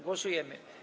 Głosujemy.